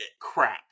crap